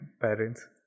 parents